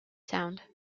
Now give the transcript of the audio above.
sound